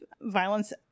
violence